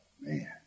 man